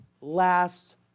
last